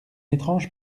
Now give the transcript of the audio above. étrange